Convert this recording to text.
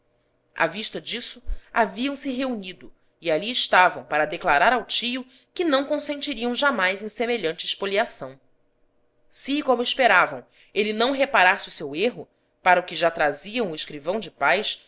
à vista disto haviam se reunido e ali estavam para declarar ao tio que não consentiriam jamais em semelhante espoliação se como esperavam ele não reparasse o seu erro para o que já traziam o escrivão de paz